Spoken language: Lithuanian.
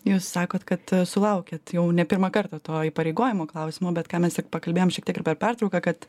jūs sakot kad sulaukiat jau ne pirmą kartą to įpareigojimo klausimo bet ką mes tik pakalbėjom šiek tiek per pertrauką kad